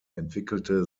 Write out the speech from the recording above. entwickelte